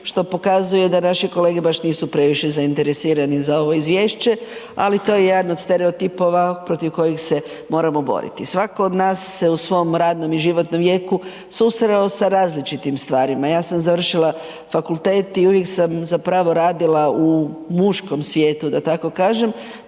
što pokazuje da naši kolege baš nisu previše zainteresirani za ovo izvješće, ali to je jedan od stereotipova protiv kojih se moramo boriti. Svatko od nas se u svom radnom i životnom vijeku susreo sa različitim stvarima. Ja sam završila fakultet i uvijek sam zapravo radila u muškom svijetu da tako kažem,